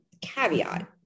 caveat